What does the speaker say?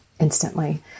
instantly